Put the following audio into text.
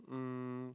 um